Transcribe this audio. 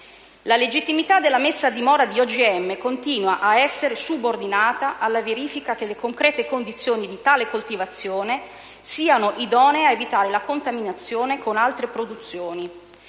La legittimità della messa a dimora di OGM continua ad essere subordinata alla verifica che le concrete condizioni di tale coltivazione siano idonee ad evitare la contaminazione con altre produzioni.